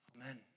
Amen